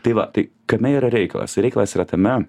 tai va tai kame yra reikalas reikalas yra tame